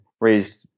raised